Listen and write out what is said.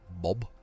Bob